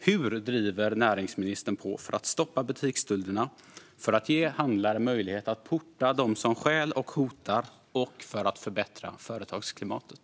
Hur driver näringsministern på för att stoppa butiksstölderna, för att ge handlare möjlighet att porta dem som stjäl och hotar och för att förbättra företagsklimatet?